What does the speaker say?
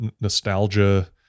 nostalgia